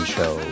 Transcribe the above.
Show